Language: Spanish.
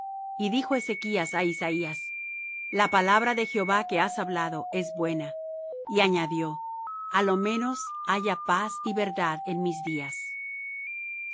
y dijo ezechas á isaías la palabra de jehová que has hablado es buena y añadió a lo menos haya paz y verdad en mis días